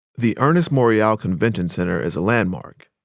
the ernest morial convention center is a landmark.